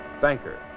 banker